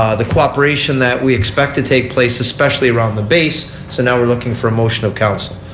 ah the cooperation that we expect to take place especially around the base. so now we're looking for a motion of council.